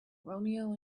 romeo